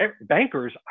bankers